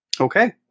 Okay